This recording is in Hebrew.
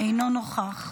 אינו נוכח.